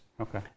Okay